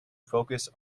focus